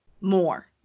more